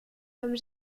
comme